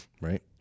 Right